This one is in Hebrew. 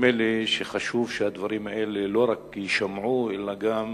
נדמה לי שחשוב שהדברים האלה לא רק יישמעו אלא גם